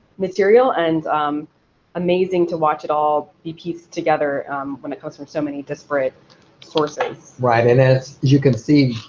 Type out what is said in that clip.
material and amazing to watch it all be pieced together when it comes from so many disparate sources. right, and as as you can see,